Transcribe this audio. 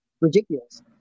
ridiculous